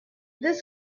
this